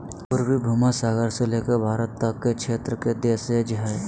पूर्वी भूमध्य सागर से लेकर भारत तक के क्षेत्र के देशज हइ